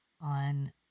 on